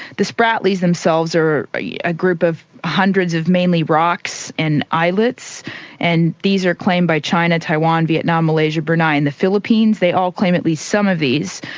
the spratlys themselves are a yeah ah group of hundreds of mainly rocks and islets and these are claimed by china, taiwan, vietnam, malaysia, brunei and the philippines. they all claim at least some of these.